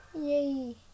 yay